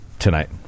tonight